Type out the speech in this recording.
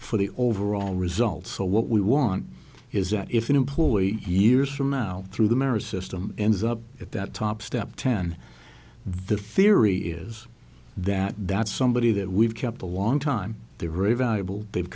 for the overall results so what we want is that if an employee years from now through the merest system ends up at that top step ten the theory is that that's somebody that we've kept a long time they're very valuable they'